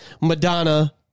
Madonna